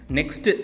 Next